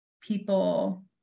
people